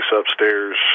upstairs